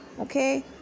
Okay